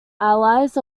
allies